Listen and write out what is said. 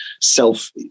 self